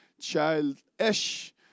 childish